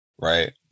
right